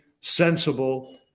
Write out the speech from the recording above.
sensible